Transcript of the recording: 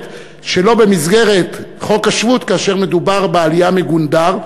שלא במסגרת חוק השבות כאשר מדובר בעלייה מגונדר,